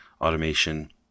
automation